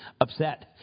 upset